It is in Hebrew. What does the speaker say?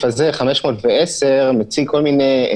לדוגמה מצב חירום מיוחד או מצב מלחמה או משהו בסגנון